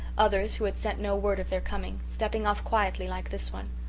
others, who had sent no word of their coming, stepping off quietly like this one.